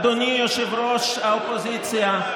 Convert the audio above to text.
אדוני ראש האופוזיציה,